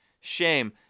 shame